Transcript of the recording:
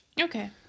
Okay